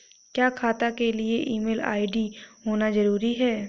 क्या खाता के लिए ईमेल आई.डी होना जरूरी है?